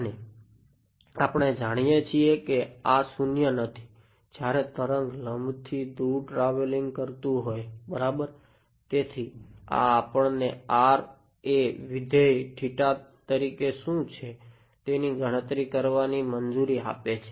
અને આપણે જાણીએ છીએ કે આ શૂન્ય નથી જ્યારે તરંગ લંબથી તરીકે શું છે તેની ગણતરી કરવાની મંજુરી આપે છે